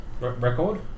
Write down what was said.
record